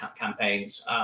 campaigns